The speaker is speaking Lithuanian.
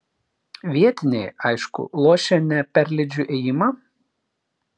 vietiniai aišku lošia ne perleidžiu ėjimą